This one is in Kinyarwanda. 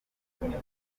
umugeni